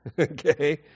okay